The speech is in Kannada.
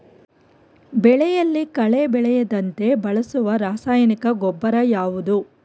ಬೆಳೆಯಲ್ಲಿ ಕಳೆ ಬೆಳೆಯದಂತೆ ಬಳಸುವ ರಾಸಾಯನಿಕ ಗೊಬ್ಬರ ಯಾವುದು?